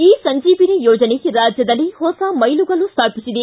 E Sanjeevani ಯೋಜನೆ ರಾಜ್ಯದಲ್ಲಿ ಹೊಸ ಮೈಲಿಗಲ್ಲು ಸ್ಮಾಪಿಸಿದೆ